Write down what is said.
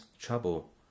trouble